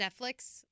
Netflix